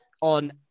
on